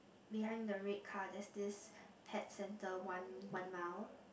behind the red car there's this pet center one one mile